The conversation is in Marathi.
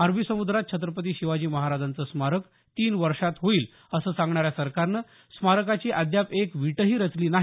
अरबी समुद्रात छत्रपती शिवाजी महाराजांचं स्मारक तीन वर्षात होईल असं सांगणाऱ्या सरकारनं स्मारकाची अद्याप एक वीटही रचली नाही